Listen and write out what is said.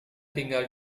tinggal